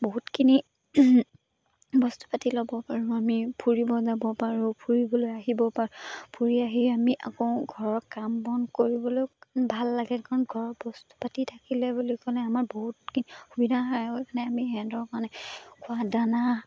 বহুতখিনি বস্তু পাতি ল'ব পাৰোঁ আমি ফুৰিব যাব পাৰোঁ ফুৰিবলৈ আহিব পাৰোঁ ফুৰি আহি আমি আকৌ ঘৰৰ কাম বন কৰিবলৈ ভাল লাগে কাৰণ ঘৰৰ বস্তু পাতি থাকিলে বুলি ক'লে আমাৰ বহুতখিনি সুবিধা হয় সেইকাৰণে আমি সেহেঁতৰ কাৰণে খোৱা দানা